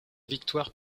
victoire